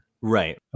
Right